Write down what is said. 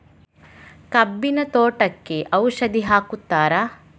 ಕಬ್ಬಿನ ತೋಟಕ್ಕೆ ಔಷಧಿ ಹಾಕುತ್ತಾರಾ?